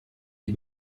des